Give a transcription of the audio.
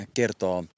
kertoo